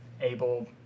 able